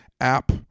app